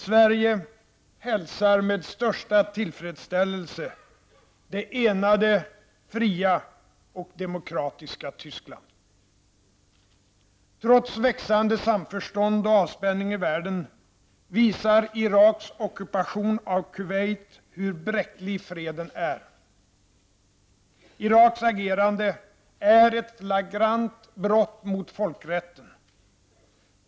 Sverige hälsar med största tillfredsställelse det enade, fria och demokratiska Tyskland. Trots växande samförstånd och avspänning i världen visar Iraks ockupation av Kuwait hur bräcklig freden är. Iraks agerande är ett flagrant brott mot folkrätten.